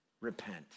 repent